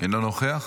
אינו נוכח,